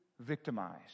victimized